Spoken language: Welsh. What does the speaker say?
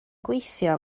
gweithio